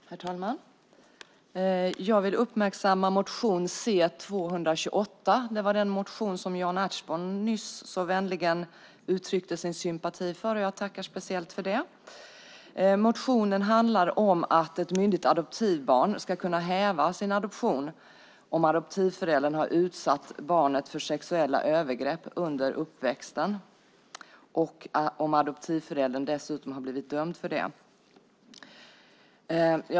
Herr talman! Jag vill uppmärksamma motion C228. Det är den motion som Jan Ertsborn nyss så vänligt uttryckte sin sympati för. Jag tackar speciellt för det. Motionen handlar om att ett myndigt adoptivbarn ska kunna häva sin adoption om adoptivföräldern har utsatt barnet för sexuella övergrepp under uppväxten och om adoptivföräldern dessutom blivit dömd för det.